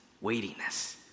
weightiness